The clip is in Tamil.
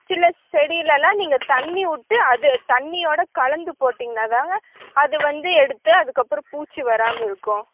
சில செடியில்லாம் நீங்கள் தண்ணி விட்டு அது தண்ணியோட கலந்து போட்டிங்கன்னா தாங்க அது வந்து எடுத்து அதுக்கப்புறம் பூச்சி வராமல் இருக்கும்